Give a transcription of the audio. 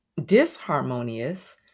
disharmonious